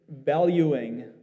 valuing